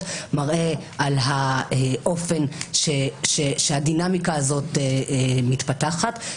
מראה על האופן שהדינמיקה הזאת מתפתחת,